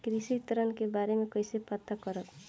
कृषि ऋण के बारे मे कइसे पता करब?